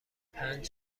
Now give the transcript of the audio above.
پنج